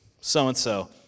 so-and-so